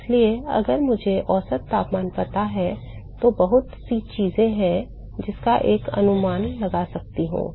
इसलिए अगर मुझे औसत तापमान पता है तो बहुत सी चीजें हैं जिनका मैं अनुमान लगा सकता हूं